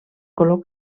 color